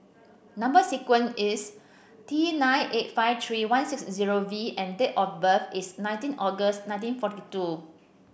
number sequence is T nine eight five three one six zero V and date of birth is nineteen August nineteen forty two